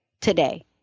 today